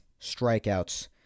strikeouts